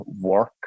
work